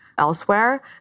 Elsewhere